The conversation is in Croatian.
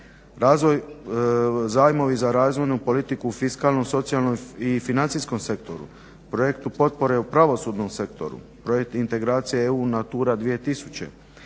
dalje, zajmovi za razvojnu politiku u fiskalnom, socijalnom i financijskom sektoru, projektu potpore u pravosudnom sektoru, projekt integracije EU Natura 2000,